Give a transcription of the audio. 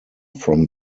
from